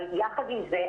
אבל יחד עם זה,